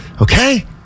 okay